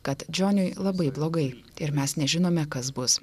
kad džoniui labai blogai ir mes nežinome kas bus